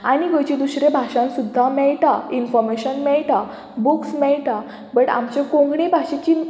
आनी गोंयचे दुसऱ्या भाशा सुद्दां मेळटा इन्फॉमेशन मेळटा बुक्स मेळटा बट आमच्यो कोंकणी भाशेची